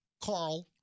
Carl